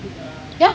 ya